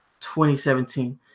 2017